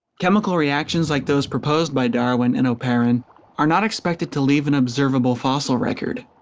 cchemical reactions like those proposed by darwin and oparin are not expected to leave an observable fossil record.